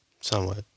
Somewhat